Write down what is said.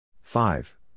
Five